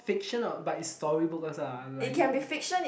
fiction or but is storybook also lah like